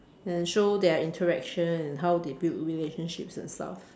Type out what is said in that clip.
and show their interaction and how they build relationships and stuff